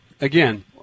again